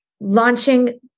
launching